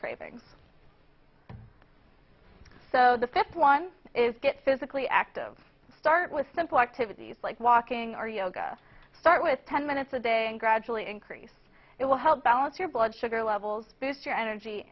cravings so the fifth one is get physically active start with simple activities like walking or yoga start with ten minutes a day and gradually increase it will help balance your blood sugar levels boost your energy